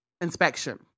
inspection